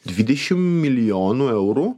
dvidešim milijonų eurų